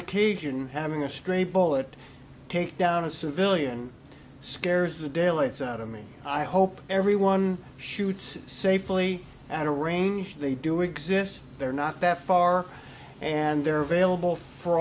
occasion having a stray bullet take down a civilian scares the daylights out of me i hope everyone shoots safely at a range they do exist they're not that far and they're available for